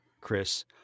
Chris